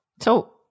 So-